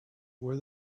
were